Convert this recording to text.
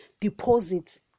deposit